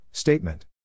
Statement